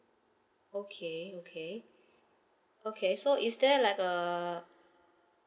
okay okay okay so is there like a